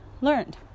learned